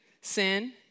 sin